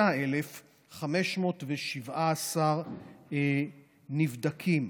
36,517 נבדקים.